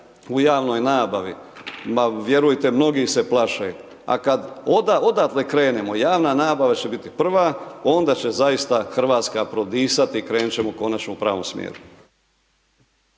u javnoj nabavi. Ma vjerujte mnogi se plaše. A kad odatle krenemo, javna nabava će biti prva, onda će zaista Hrvatska prodisati i krenuti ćemo konačno u pravom smjeru.